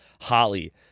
Holly